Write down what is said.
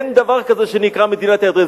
אין דבר כזה שנקרא "מדינת ירדן",